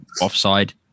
offside